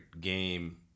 game